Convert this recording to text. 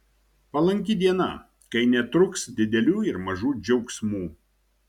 palanki diena kai netruks didelių ir mažų džiaugsmų